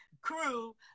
crew